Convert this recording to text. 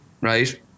Right